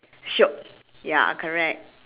shiok ya correct